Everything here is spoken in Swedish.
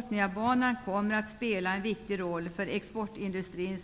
Botniabanan kommer att spela en viktig roll för transporter inom exportindustrin